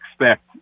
expect